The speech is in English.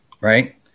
right